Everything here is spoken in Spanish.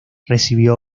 recibió